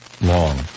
long